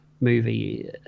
movie